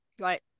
Right